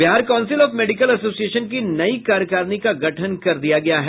Bihar council of medical association की नयी कार्यकारिणी का गठन कर दिया गया है